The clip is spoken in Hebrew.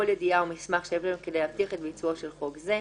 ידיעה או מסמך שיש בהם כדי להבטיח את ביצועו של חוק זה,